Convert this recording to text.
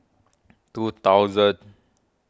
two thousand